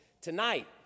tonight